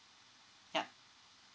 yup